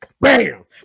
Bam